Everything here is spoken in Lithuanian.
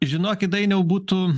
žinokit dainiau būtų